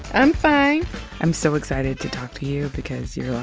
i'm fine i'm so excited to talk to you because you're,